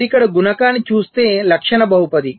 మీరు ఇక్కడ గుణకాన్ని చూస్తే లక్షణ బహుపది